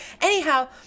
Anyhow